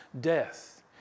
death